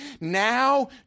Now